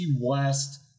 West